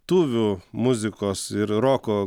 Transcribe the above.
tuvių muzikos ir roko